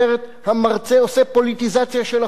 המרצה עושה פוליטיזציה של החוג,